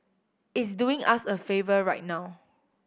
it's doing us a favour right now